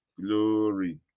Glory